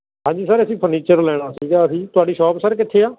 ਹਾਂਜੀ ਸਰ ਅਸੀਂ ਫਰਨੀਚਰ ਲੈਣਾ ਸੀਗਾ ਅਸੀਂ ਤੁਹਾਡੀ ਸ਼ੋਪ ਸਰ ਕਿੱਥੇ ਆ